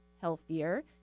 healthier